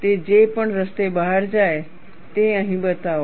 તે જે પણ રસ્તે બહાર જાય તે અહીં બતાવો